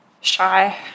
shy